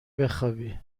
بخوابی